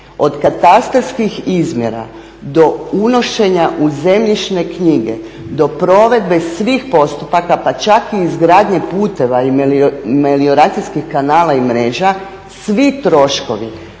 od katastarskih izmjera do unošenja u zemljišne knjige, do provedbe svih postupaka pa čak i izgradnje puteva i melioracijskih kanala i mreža svi troškovi